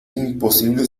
imposible